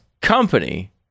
company